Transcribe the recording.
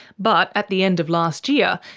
but at the end of last year,